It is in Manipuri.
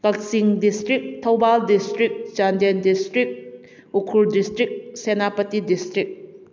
Kakching district Thoubal district Chandel district Ukhrul district Senapati district